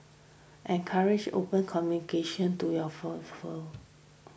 encourage open communication to your full full